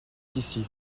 ici